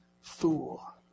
fool